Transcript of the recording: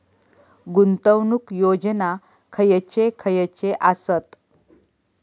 गुंतवणूक योजना खयचे खयचे आसत?